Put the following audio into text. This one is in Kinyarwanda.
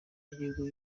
y’igihugu